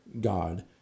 God